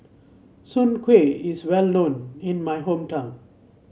Soon Kueh is well known in my hometown